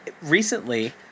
Recently